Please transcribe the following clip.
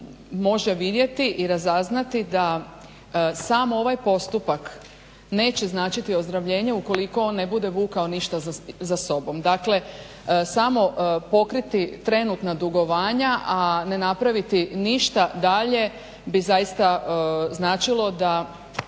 može vidjeti i razaznati da sam ovaj postupak neće značiti ozdravljenje ukoliko on ne bude vukao ništa za sobom. Dakle, samo pokriti trenutna dugovanja, a ne napraviti ništa dalje bi zaista značilo da